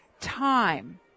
time